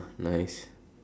nice